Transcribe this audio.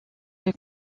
les